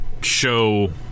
show